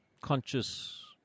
Conscious